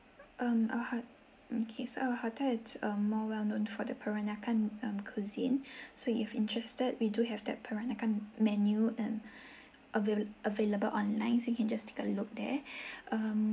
um our hot~ mm okay so our hotel it's a more well known for the peranakan um cuisine so if you're interested we do have that peranakan menu and avail~ available online so you can just take a look there um